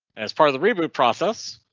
as part of the reboot process.